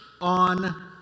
on